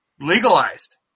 legalized